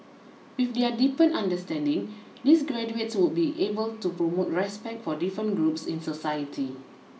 with their deepened understanding these graduates would be able to promote respect for different groups in society